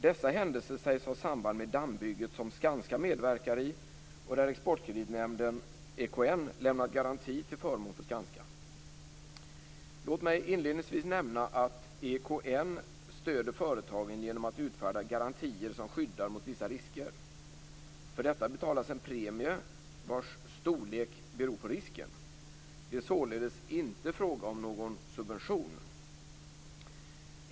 Dessa händelser sägs ha samband med dammbygget som Skanska medverkar i och där Exportkreditnämnden, EKN, lämnat garanti till förmån för Skanska. Låt mig inledningsvis nämna att EKN stöder företagen genom att utfärda garantier som skyddar mot vissa risker. För detta betalas en premie vars storlek beror på risken. Det är således inte fråga om någon subvention.